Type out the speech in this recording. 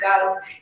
girls